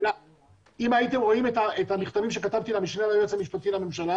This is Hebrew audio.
אם הייתם רואים את המכתבים שכתבתי למשנה ליועץ המשפטי לממשלה,